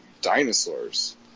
dinosaurs